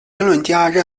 评论家